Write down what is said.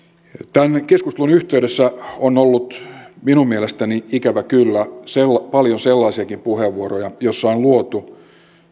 tämän keskustelun yhteydessä on ollut minun mielestäni ikävä kyllä paljon sellaisiakin puheenvuoroja joissa on on luotu